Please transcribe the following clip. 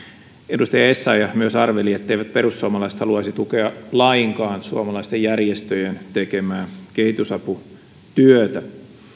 edustaja essayah myös arveli etteivät perussuomalaiset haluaisi tukea lainkaan suomalaisten järjestöjen tekemää kehitysaputyötä